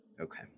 Okay